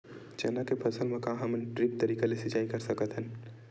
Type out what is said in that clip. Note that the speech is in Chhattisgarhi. चना के फसल म का हमन ड्रिप तरीका ले सिचाई कर सकत हन?